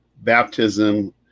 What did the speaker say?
baptism